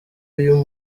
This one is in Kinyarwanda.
uyu